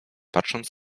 patrząc